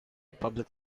public